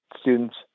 students